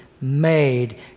made